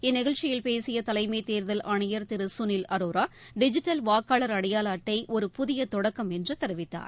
இந்நிகழ்ச்சியில் பேசிய தலைமை தேர்தல் ஆணையர் திரு சுனில் அரோரா டிஜிட்டல் வாக்காளர் அடையாள அட்டை ஒரு புதிய தொடக்கம் என்று தெரிவித்தார்